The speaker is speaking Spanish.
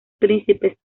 príncipes